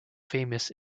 famous